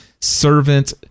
servant